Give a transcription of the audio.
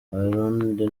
abarundi